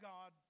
God